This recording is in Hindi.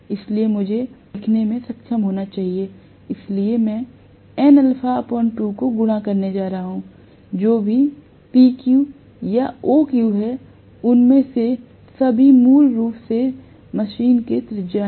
इसलिए मुझे इसे लिखने में सक्षम होना चाहिए इसलिए मैं nα 2 को गुणा करने जा रहा हूं जो भी PQ या OQ है उनमें से सभी मूल रूप से मशीन के त्रिज्या हैं